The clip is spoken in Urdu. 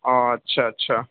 اچھا اچھا